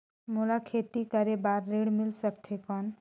मोला खेती करे बार ऋण मिल सकथे कौन?